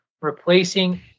replacing